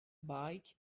bike